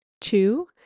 two